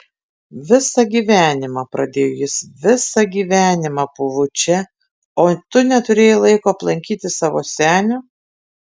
visą gyvenimą pradėjo jis visą gyvenimą pūvu čia o tu neturėjai laiko aplankyti savo senio